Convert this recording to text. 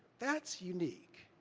that's unique.